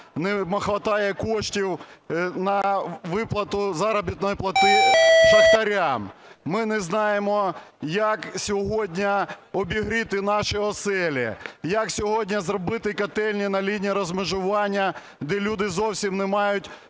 Не хватає коштів на виплату заробітної плати шахтарям. Ми не знаємо, як сьогодні обігріти наші оселі, як сьогодні зробити котельні на лінії розмежування, де люди зовсім не мають